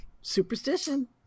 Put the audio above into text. superstition